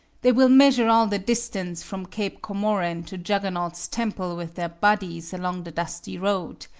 they will measure all the distance from cape comorin to juggernaut's temple with their bodies along the dusty road.